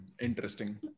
Interesting